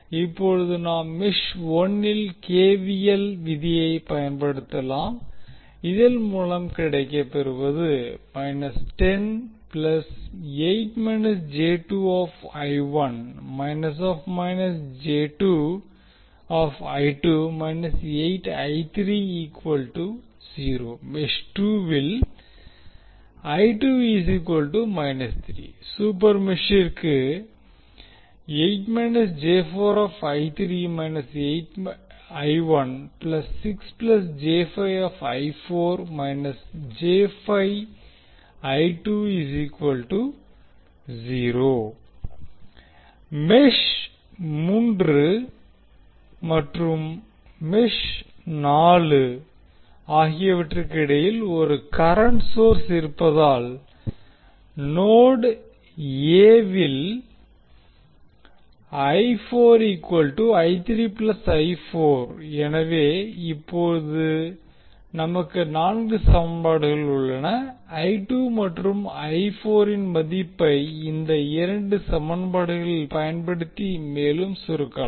இப்போது நாம் மெஷ் 1 இல் கே வி எல் விதியை பயன்படுத்தலாம் இதன் மூலம் கிடைக்கப் பெறுவது மெஷ் 2 வில் சூப்பர் மெஷ்ஷிற்கு மெஷ் 3 மற்றும் மெஷ் 4 ஆகியவற்றிற்கு இடையில் ஒரு கரண்ட் சோர்ஸ் இருப்பதால் நோடு a வில் எனவே இப்போது நமக்கு நான்கு சமன்பாடுகள் உள்ளன மற்றும் இன் மதிப்பை இந்த இரண்டு சமன்பாடுகளில் பயன்படுத்தி மேலும் சுருக்கலாம்